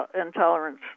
intolerance